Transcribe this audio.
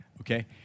Okay